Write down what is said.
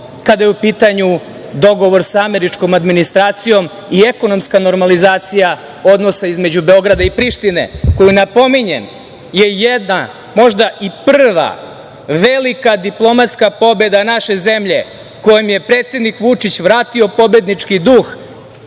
Kada je u pitanju dogovor sa američkom administracijom i ekonomska normalizacija odnosa između Beograda i Prištine, koja je, napominjem, jedna možda i prva velika diplomatska pobeda naše zemlje kojom je predsednik Vučić vratio pobednički duh